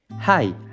Hi